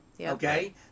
okay